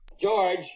George